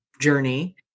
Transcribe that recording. journey